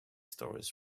stories